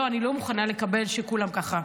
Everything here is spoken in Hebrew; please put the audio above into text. לא, אני לא מוכנה לקבל שכולם ככה.